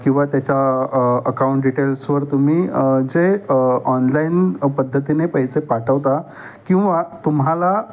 किंवा त्याच्या अकाऊंट डिटेल्सवर तुम्ही जे ऑनलाईन पद्धतीने पैसे पाठवता किंवा तुम्हाला